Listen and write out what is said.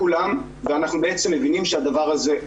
כך שאין פה שום אינפורמציה שלא נחשפה לאוצר או שהאוצר לא היה חלק